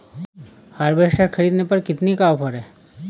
Harvester ख़रीदने पर कितनी का ऑफर है?